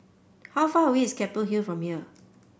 how far away is Keppel Hill from here